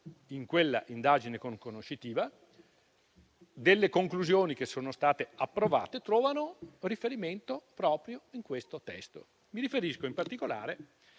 in quella indagine conoscitiva e le conclusioni che sono state approvate trovano riferimento proprio in questo testo. Mi riferisco in particolare